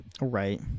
Right